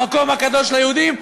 המקום הקדוש ליהודים,